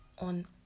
on